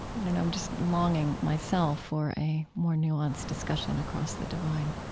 and and i'm just longing myself for a more nuanced discussion across the divide